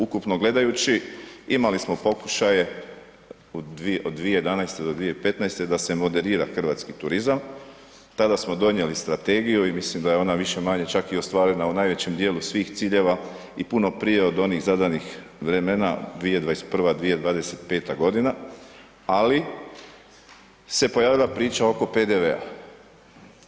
Ukupno gledajući, imali smo pokušaje od 2011. do 20015. da se moderira hrvatski turizam, tada smo donijeli strategiju i mislim da je ona više-manje čak i ostvarena u najvećem dijelu svih ciljeva i puno prije od onih zadanih vremena 2021., 2025. godina, ali se pojavila priča oko PDV-a.